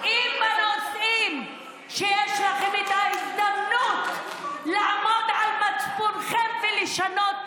אם בנושאים שיש לכם את ההזדמנות לעמוד על מצפונכם ולשנות,